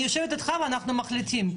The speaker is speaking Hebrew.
כאילו אני יושבת איתך ואנחנו מחליטים.